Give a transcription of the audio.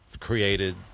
created